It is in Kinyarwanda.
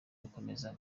gukomeza